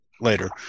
Later